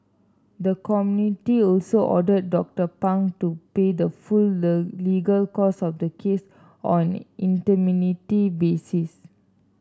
the committee also ordered Doctor Pang to pay the full legal costs of the case on basis